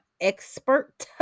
expert